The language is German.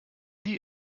die